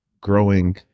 growing